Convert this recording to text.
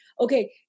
Okay